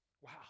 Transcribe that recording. Wow